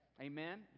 Amen